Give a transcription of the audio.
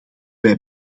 wij